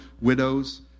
widows